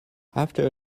after